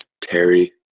Terry